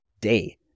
day